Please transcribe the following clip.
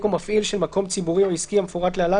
או מפעיל של מקום ציבורי או עסקי המפורט להלן,